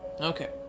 Okay